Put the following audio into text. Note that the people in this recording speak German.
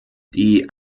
die